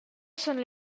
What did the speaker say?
sundel